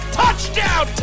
touchdown